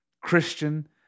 Christian